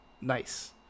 Nice